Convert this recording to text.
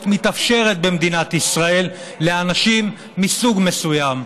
מתאפשרת במדינת ישראל לאנשים מסוג מסוים.